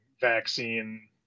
vaccine